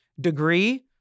degree